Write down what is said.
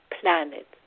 planet